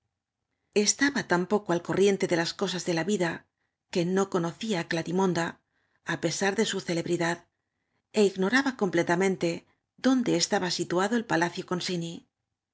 tan poco a corriente de las cosas de la vida que no conocía á glarimonda á pesar de su celebridad é ignoraba completamente dónde estaba sitaado el palacio concini hice